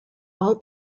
all